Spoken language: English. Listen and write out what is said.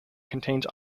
contains